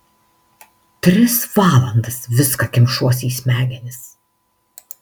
tris valandas viską kemšuosi į smegenis